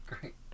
great